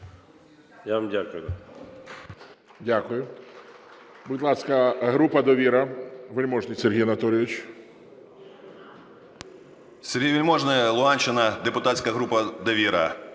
Я вам дякую.